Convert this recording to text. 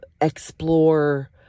explore